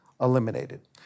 eliminated